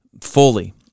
fully